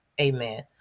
amen